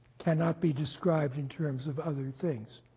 cannot be described in terms of other things.